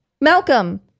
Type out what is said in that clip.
Malcolm